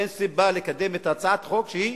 אין סיבה לקדם הצעת חוק שהיא